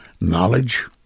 knowledge